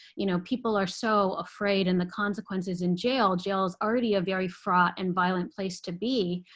you know people are so afraid. and the consequences in jail jail is already a very fraught and violent place to be.